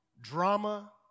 drama